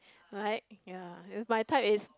right ya if it's my type it's